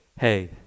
hey